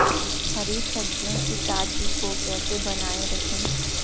हरी सब्जियों की ताजगी को कैसे बनाये रखें?